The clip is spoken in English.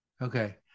Okay